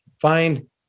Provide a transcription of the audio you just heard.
Find